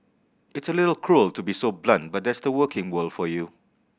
it's a little cruel to be so blunt but that's the working world for you